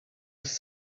was